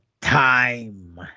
time